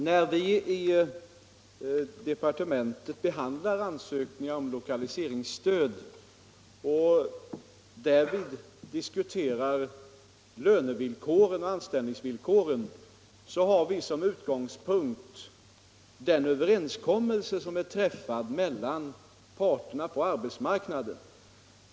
Herr talman! När vi i departementet behandlar ansökningar om lokaliseringsstöd och därvid diskuterar löne och anställningsvillkoren har vi som utgångspunkt den överenskommelse som är ingången mellan parterna på arbetsmarknaden.